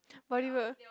but they were